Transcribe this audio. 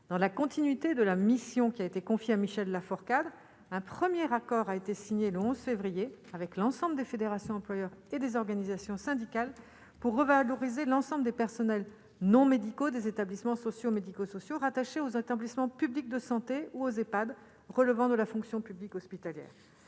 dans la continuité de la mission qui a été confiée à Michel Lafourcade, un 1er accord a été signé le 11 février avec l'ensemble des fédérations, employeurs et des organisations syndicales pour revaloriser l'ensemble des personnels non médicaux des établissements sociaux, médico-sociaux rattachés aux établissements publics de santé aux Epad relevant de la fonction publique hospitalière